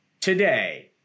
today